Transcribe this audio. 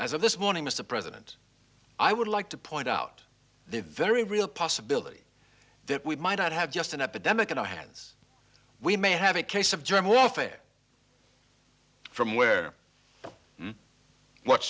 as of this morning mr president i would like to point out the very real possibility that we might not have just an epidemic in our hands we may have a case of germ warfare from where but what